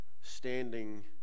standing